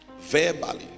Verbally